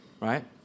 right